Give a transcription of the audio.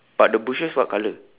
but the bushes what color